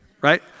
right